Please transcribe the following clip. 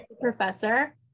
professor